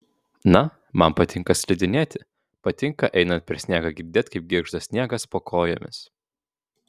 na man patinka slidinėti patinka einant per sniegą girdėt kaip girgžda sniegas po kojomis